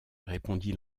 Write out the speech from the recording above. répondit